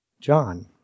John